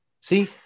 See